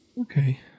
Okay